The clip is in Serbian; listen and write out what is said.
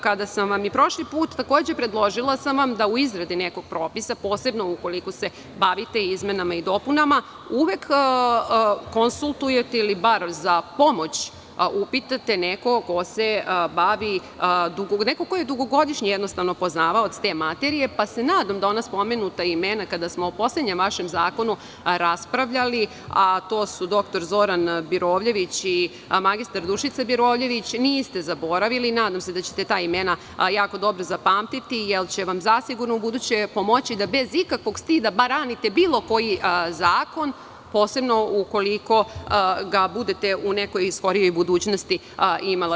Kada sam vam prošli put predložila da u izradi nekog propisa, posebno ukoliko se bavite izmenama i dopunama, uvek konsultujete ili bar za pomoć upitate nekog ko je dugogodišnji poznavalac te materije, pa se nadam da ona spomenuta imena kada smo o poslednjem vašem zakonu raspravljali, a to su dr Zoran Birovljević i mr Dušica Birovljević niste zaboravili i nadam se da će se ta imena jako dobro zapamtiti, jer će vam zasigurno ubuduće pomoći da bez ikakvog stida branite bilo koji zakon, posebno ukoliko ga budete u nekoj skorijoj budućnosti imali.